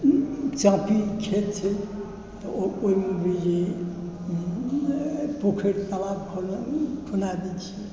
चापी खेत छै तऽ ओहिमे बुझू पोखरि तालाब खुना दै छी